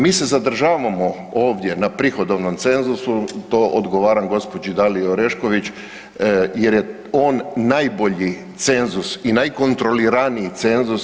Mi se zadržavamo ovdje na prihodovnom cenzusu, to odgovaram gospođi Daliji Orešković jer je on najbolji cenzus i najkontroliraniji cenzus.